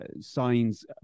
signs